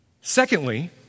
Secondly